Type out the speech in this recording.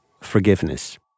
Forgiveness